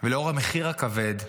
ונוכח המחיר הכבד,